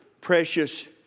precious